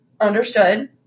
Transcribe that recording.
Understood